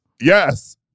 Yes